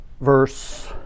verse